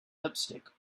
lipstick